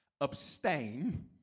Abstain